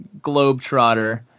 Globetrotter